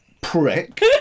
Prick